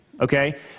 okay